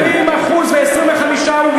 20% ו-25% נא לסיים.